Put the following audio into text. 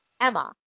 Emma